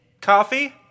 coffee